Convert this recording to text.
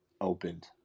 opened